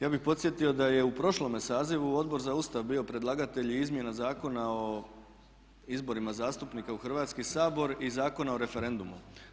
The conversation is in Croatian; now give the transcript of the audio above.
Ja bih podsjetio da je u prošlom sazivu Odbor za Ustav bio predlagatelj i Izmjena zakona o izborima zastupnika u Hrvatski sabor i Zakona o referendumu.